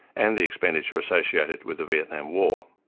and the expenditure associated with the vietnam war.